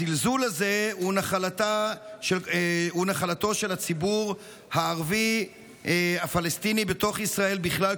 הזלזול הזה הוא נחלתו של הציבור הערבי הפלסטיני בתוך ישראל בכלל,